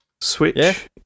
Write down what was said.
Switch